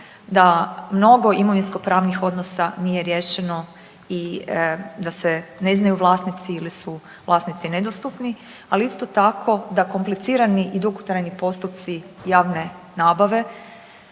da mnogo imovinsko-pravnih odnosa nije riješeno i da se ne znaju vlasnici ili su vlasnici nedostupni. Ali isto tako da komplicirani i dugotrajni postupci javne nabave